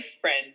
friend